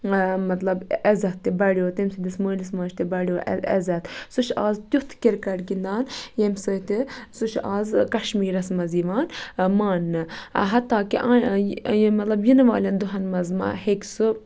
مطلب عزت تہِ بَڑیو تٔمۍ سٕندِس مٲلِس ماجہِ تہِ بَڑیو عزت سُہ چھُ اَز تِیُتھ کرِکَٹ گِندان ییٚمہِ سۭتۍ تہِ سُہ چھُ اَز کَشمیٖرَس مَنٛز یِوان ماننہٕ ہَتاکہِ ٲں مطلب یِنہٕ والٮ۪ن دۄہَن مَنٛز ما ہیٚکہِ سُہ